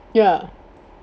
ya